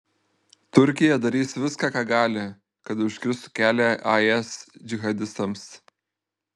turkija darys viską ką gali kad užkirstų kelią is džihadistams